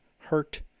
hurt